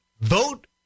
vote